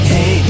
Hey